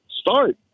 start